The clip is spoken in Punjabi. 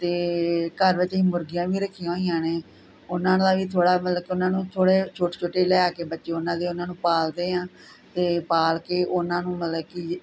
ਅਤੇ ਘਰ ਵਿੱਚ ਅਸੀਂ ਮੁਰਗੀਆਂ ਵੀ ਰੱਖੀਆਂ ਹੋਈਆਂ ਨੇ ਉਨ੍ਹਾਂ ਦਾ ਵੀ ਥੋੜ੍ਹਾ ਮਤਲਬ ਕਿ ਉਨ੍ਹਾਂ ਨੂੰ ਥੋੜ੍ਹੇ ਛੋਟੇ ਛੋਟੇ ਲੈ ਕੇ ਬੱਚੇ ਉਨ੍ਹਾਂ ਦੇ ਉਨ੍ਹਾਂ ਨੂੰ ਪਾਲਦੇ ਹਾਂ ਅਤੇ ਪਾਲ ਕੇ ਉਨ੍ਹਾਂ ਨੂੰ ਮਤਲਬ ਕਿ